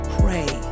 pray